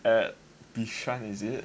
at Bishan is it